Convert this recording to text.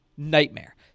nightmare